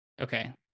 Okay